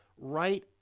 right